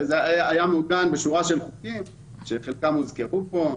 זה היה מעוגן בשורה של חוקים שחלקם הוזכרו פה.